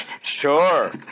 Sure